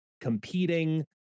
competing